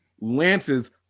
Lance's